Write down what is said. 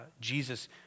Jesus